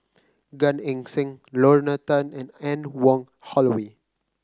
Gan Eng Seng Lorna Tan and Anne Wong Holloway